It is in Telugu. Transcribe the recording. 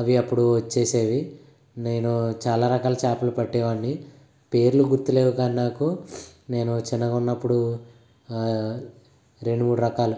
అవి అప్పుడు వచ్చేవి నేను చాలా రకాల చేపలు పట్టేవాడిని పేర్లు గుర్తు లేవు కానీ నాకు నేను చిన్నగా ఉన్నప్పుడు రెండు మూడు రకాల